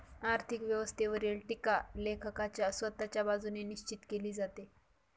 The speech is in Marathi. आर्थिक व्यवस्थेवरील टीका लेखकाच्या स्वतःच्या बाजूने निश्चित केली जाते